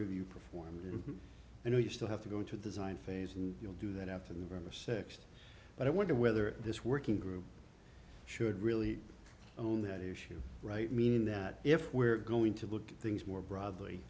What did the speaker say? review performed and you still have to go into design phase and you'll do that after the november sixth but i wonder whether this working group should really own that issue right meaning that if we're going to look at things more broadly